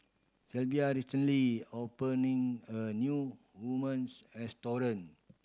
Sylvia recently opening a new restaurant